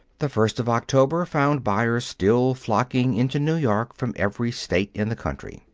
the first of october found buyers still flocking into new york from every state in the country.